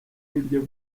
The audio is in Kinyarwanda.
w’ibyo